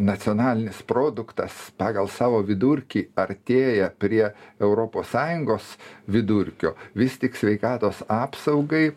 nacionalinis produktas pagal savo vidurkį artėja prie europos sąjungos vidurkio vis tik sveikatos apsaugai